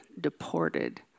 deported